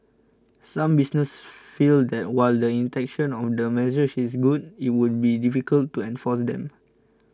some businesses feel that while the intention of the measures is good it would be difficult to enforce them